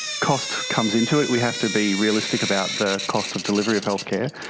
cost comes into it. we have to be realistic about the cost of delivery of healthcare,